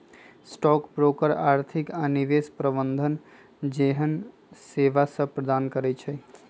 stock broker आर्थिक आऽ निवेश प्रबंधन जेहन सेवासभ प्रदान करई छै